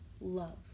love